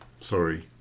Sorry